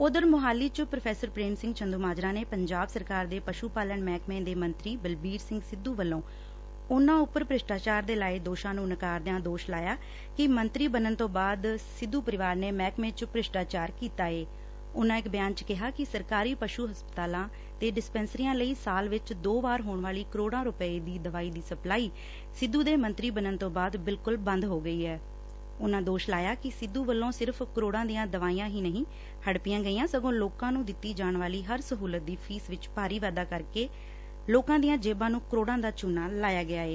ਉਧਰ ਮੁਹਾਲੀ ਚ ਪ੍ਰੋ ਪ੍ਰੇਮ ਸਿੰਘ ਚੰਦੂਮਾਜਰਾ ਨੇ ਪੰਜਾਬ ਸਰਕਾਰ ਦੇ ਪਸ੍ਤੂ ਪਾਲਣ ਮਹਿਕਮੇ ਦੇ ਮੰਤਰੀ ਬਲਬੀਰ ਸਿੰਘ ਸਿੱਧੂ ਵਲੋਂ ਉਨੂਾਂ ਉਪਰ ਭ੍ਰਿਸ਼ਟਾਚਾਰ ਦੇ ਲਾਏ ਦੋਸ਼ਾਂ ਨੂੰ ਨਕਾਰਦਿਆਂ ਦੋਸ਼ ਲਾਇਆ ਕਿ ਮੰਤਰੀ ਬਣਨ ਤੋ ਬਾਅਦ ਸਿੱਧੂ ਪਰਿਵਾਰ ਨੇ ਮਹਿਕਮੇ ਚ ਭ੍ਸਿਸਟਾਚਾਰ ਕੀਤਾ ਏ ਉਨ੍ਹਾ ਇਕ ਬਿਆਨ ਚ ਕਿਹਾ ਕਿ ਸਰਕਾਰੀ ਪਸ੍ਤੂ ਹਸਪਤਾਲਾਂ ਤੇ ਡਿਸਪੈਨਸਰੀਆਂ ਲਈ ਸਾਲ ਵਿਚ ਦੋ ਵਾਰ ਹੋਣ ਵਾਲੀ ਕਰੋਤਾਂ ਰੁਪੈ ਦੀ ਦਵਾਈ ਦੀ ਸਪਲਾਈ ਸਿੱਧੂ ਦੇ ਮੰਤਰੀ ਬਣਨ ਤੋਂ ਬਾਅਦ ਬਿਲਕੁਲ ਬੰਦ ਹੋ ਗਈ ਐ ਉਨ੍ਹਾਂ ਦੋਸ਼ ਲਾਇਆ ਕਿ ਸਿੱਧੁ ਵੱਲੋ ਸਿਰਫ ਕਰੋੜਾ ਦੀਆਂ ਦਵਾਈਆਂ ਹੀ ਨਹੀ ਹੜੱਪੀਆਂ ਗਈਆਂ ਸਗੋ ਲੋਕਾਂ ਨੂੰ ਦਿੱਤੀ ਜਾਣ ਵਾਲੀ ਹਰ ਸਹੁਲਤ ਦੀ ਫੀਸ਼ ਵਿਚ ਭਾਰੀ ਵਾਧਾ ਕਰਕੇ ਲੋਕਾਂ ਦੀਆ ਜੇਬਾਂ ਨੂੰ ਕਰੋੜਾਂ ਦਾ ਚੁਨਾ ਲਾਇਆ ਏ